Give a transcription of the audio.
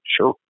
sure